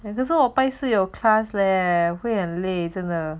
then 可是我拜四有 class leh 会很累真的